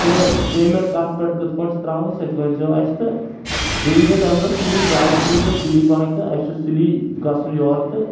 تہٕ پیمَنٛٹ کَتھ پٮ۪ٹھ کٔتھ پٲٹھۍ چھِ ترٛاوٕنۍ سۄتہِ ؤنۍ زیوٚ اَسہِ تہٕ بیٚیہِ ایٖزیو تَمہِ دۄہ سُلی زٕ اَگست ایٖزیو سُلی پَہَن تہٕ اَسہِ چھُ سُلی گژھُن یورٕ تہٕ